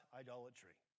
idolatry